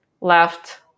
left